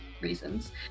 reasons